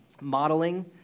Modeling